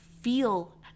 feel